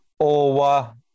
Owa